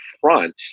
front